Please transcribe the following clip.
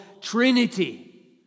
Trinity